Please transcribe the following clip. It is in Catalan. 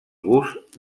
gust